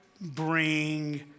bring